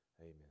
amen